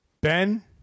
Ben